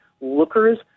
lookers